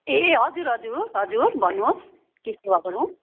ए हजुर हजुर हजुर भन्नु के सेवा गरौँ